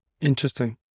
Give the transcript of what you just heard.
Interesting